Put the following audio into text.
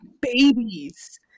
babies